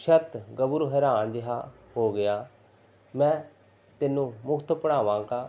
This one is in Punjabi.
ਸ਼ਰਤ ਗੱਭਰੂ ਹੈਰਾਨ ਜਿਹਾ ਹੋ ਗਿਆ ਮੈਂ ਤੈਨੂੰ ਮੁਫ਼ਤ ਪੜ੍ਹਾਵਾਂਗਾ